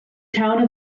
town